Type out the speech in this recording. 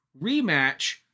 rematch